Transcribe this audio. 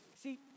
See